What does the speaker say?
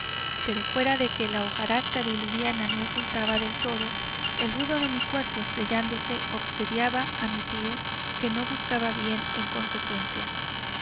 pero fuera de que la hojarasca diluviana me ocultaba del todo el ruido de mi cuerpo estrellándose obsediaba a mi tío que no buscaba bien en consecuencia